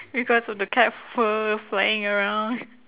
because of the cat fur flying around